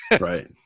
Right